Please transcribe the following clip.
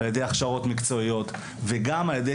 על ידי הכשרות מקצועיות וגם על ידי